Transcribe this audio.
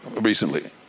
recently